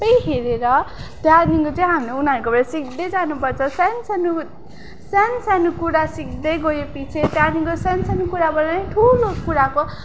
हेरेर त्यहाँदेखिको चाहिँ हामीले उनीहरूकोबाट सिक्दै जानुपर्छ सानसानो सानसानो कुरा सिक्दै गएपछि त्यहाँदेखिको सानसानो कुराबाटै ठुलो कुराको